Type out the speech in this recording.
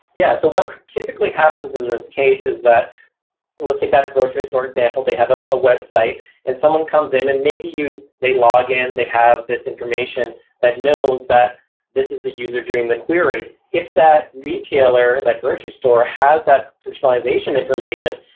yeah. so what typically happens in this case is that let's take that grocery store example. they have a website and someone comes in and maybe they log in, they have this information that knows that this is the user doing the query. if that retailer, that grocery store has that personalization information,